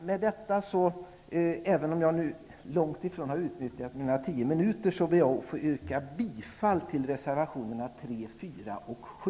Med detta, även om jag långt ifrån har utnyttjat mina tio minuter, ber jag att få yrka bifall till reservationerna 3, 4 och 7.